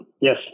Yes